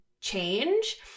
change